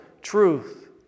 truth